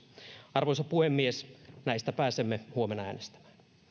arvoisa puhemies näistä pääsemme huomenna äänestämään arvoisa